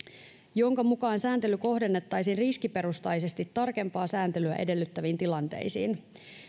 jonka mukaan sääntely kohdennettaisiin riskiperustaisesti tarkempaa sääntelyä edellyttäviin tilanteisiin